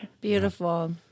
Beautiful